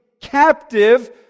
captive